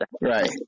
Right